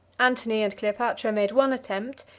antony and cleopatra made one attempt,